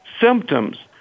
symptoms